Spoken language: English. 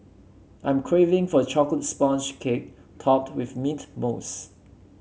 I'm craving for chocolate sponge cake topped with mint mousse